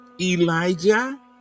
Elijah